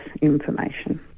information